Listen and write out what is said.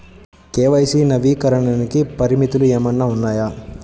KYC నవీకరణకి పరిమితులు ఏమన్నా ఉన్నాయా?